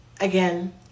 again